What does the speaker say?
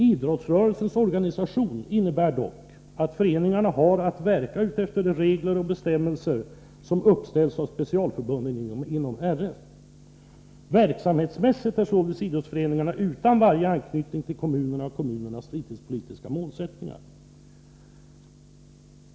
Idrottsrörelsens organisation innebär dock att föreningarna har att verka efter de regler och bestämmelser som uppställs av specialförbunden inom RF. Verksamhetsmässigt är således idrottsföreningarna utan varje anknytning till kommunerna och dessas fritidspolitiska målsättningar.